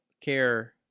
care